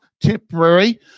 temporary